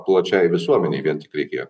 plačiai visuomenei vien tik reikėjo